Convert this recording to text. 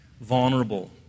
vulnerable